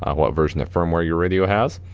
ah what version of firmware your radio has.